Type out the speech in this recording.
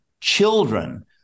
children